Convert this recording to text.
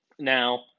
Now